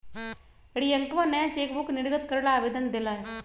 रियंकवा नया चेकबुक निर्गत करे ला आवेदन देलय